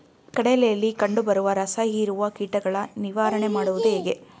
ಕಡಲೆಯಲ್ಲಿ ಕಂಡುಬರುವ ರಸಹೀರುವ ಕೀಟಗಳ ನಿವಾರಣೆ ಮಾಡುವುದು ಹೇಗೆ?